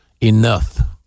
Enough